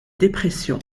dépression